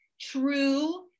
true